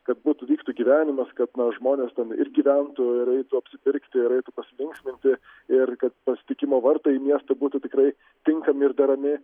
kad būtų vyktų gyvenimas kad na žmonės ten ir gyventų ir eitų apsipirkti ir eitų pasilinksminti ir kad pasitikimo vartai į miestą būtų tikrai tinkami ir derami